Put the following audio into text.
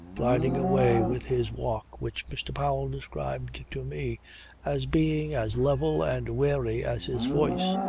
gliding away with his walk which mr. powell described to me as being as level and wary as his voice.